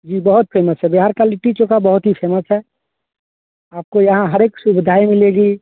जी बहुत फेमस है बिहार का लिट्टी चोखा बहुत ही फेमस है आपको यहाँ हर एक सुविधाएँ मिलेगी